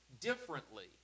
differently